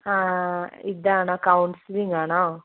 ആ ഇതാണോ കൗൺസിലിങ്ങാണോ